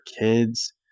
kids